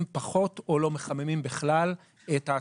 פחות או לא מחממים בכלל את האטמוספירה.